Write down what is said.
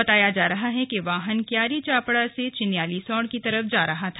बताया जा रहा है कि वाहन क्यारी चापड़ा से चिन्यालीसौड़ की तरफ जा रहा था